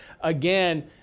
again